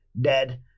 Dead